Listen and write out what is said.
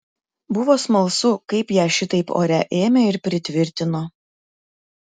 buvo smalsu kaip ją šitaip ore ėmė ir pritvirtino